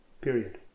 period